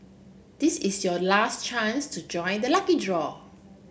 this is your last chance to join the lucky draw